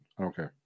Okay